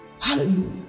Hallelujah